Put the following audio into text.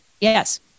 yes